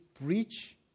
breach